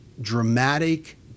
dramatic